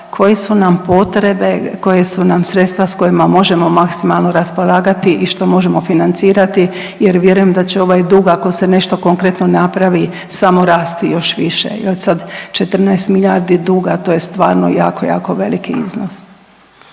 koje su nam potrebe, koja su nam sredstva s kojima možemo maksimalno raspolagati i što možemo financirati jer vjerujem da će ovaj dug ako se nešto konkretno napravi samo rasti još više jer sad 14 milijardi duga to je stvarno jako, jako veliki iznos.